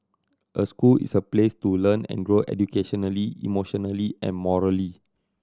a school is a place to learn and grow educationally emotionally and morally